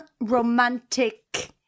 romantic